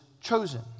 chosen